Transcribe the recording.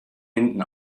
hinten